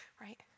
right